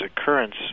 occurrence